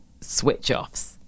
switch-offs